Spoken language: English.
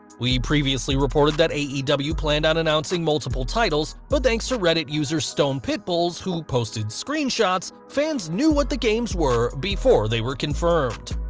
we previously reported that aew planned on announcing multiple titles, but thanks to reddit user stone pitbull's who posted screenshots, fans knew what the games were before they were confirmed.